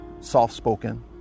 soft-spoken